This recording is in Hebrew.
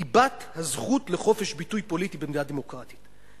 ליבת הזכות לחופש ביטוי פוליטי במדינה דמוקרטית.